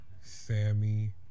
Sammy